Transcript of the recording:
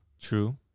True